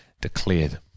declared